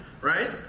right